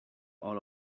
all